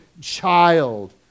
child